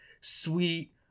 sweet